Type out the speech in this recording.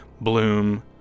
bloom